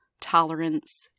tolerance